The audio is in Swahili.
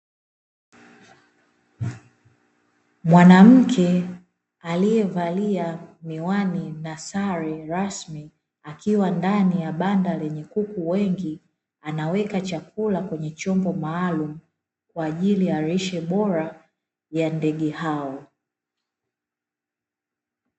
Mwanamke aliyevalia miwani na sare rasmi, akiwa ndani ya banda lenye kuku wengi anaweka chakula kwenye chombo maalumu, kwa ajili ya lishe bora ya ndege hao.